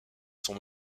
sont